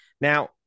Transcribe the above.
Now